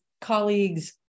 colleagues